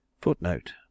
Footnote